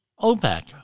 OPEC